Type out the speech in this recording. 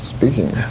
Speaking